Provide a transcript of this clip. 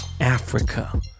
Africa